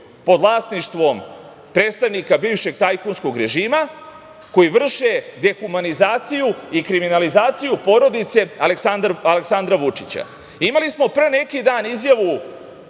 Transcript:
pod vlasništvom predstavnika bivšeg tajkunskog režima, koji vrše dehumanizaciju i kriminalizaciju porodice Aleksandra Vučića. Imali smo pre neki dan izjavu